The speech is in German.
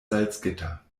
salzgitter